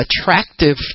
attractive